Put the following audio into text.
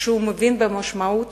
שמבין את המשמעות